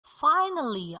finally